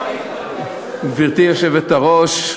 גברתי היושבת-ראש,